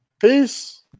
Peace